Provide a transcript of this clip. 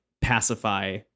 pacify